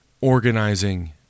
organizing